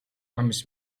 ამის